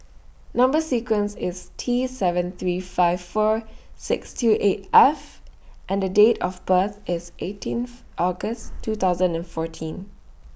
Number sequence IS T seven three five four six two eight F and Date of birth IS eighteenth August two thousand and fourteen